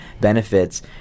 benefits